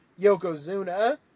Yokozuna